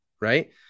right